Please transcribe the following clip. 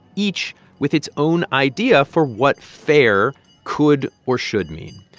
each with its own idea for what fair could or should mean.